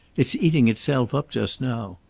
it's eating itself up just now.